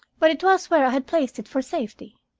but it was where i had placed it for safety,